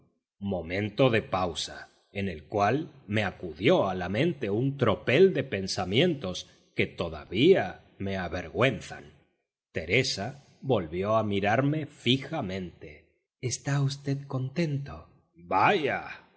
momento de pausa en el cual me acudió a la mente un tropel de pensamientos que todavía me avergüenzan teresa volvió a mirarme fijamente está v contento vaya